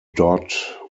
dodd